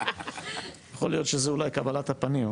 יכול להיות שזו אולי קבלת הפנים.